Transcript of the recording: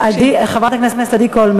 חברת הכנסת עדי קול,